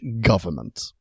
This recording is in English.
government